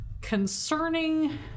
concerning